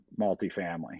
multifamily